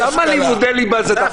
במה זה יהיה שונה?